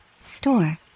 store